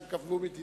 הם קבעו מדיניות,